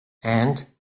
and